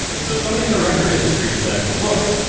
so somebody in the record industry said, look,